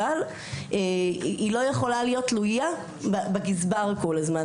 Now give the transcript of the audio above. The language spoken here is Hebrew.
היא לא יכולה להיות תלויה בגזבר כל הזמן,